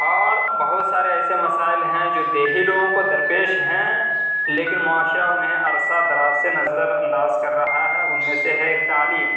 اور بہت سارے ایسے مسائل ہیں جو دیہی لوگوں کو درپیش ہیں لیکن معاشرہ انہیں عرصہ دراز سے نظر انداز کر رہا ہے ان میں سے ہے ایک تعلیم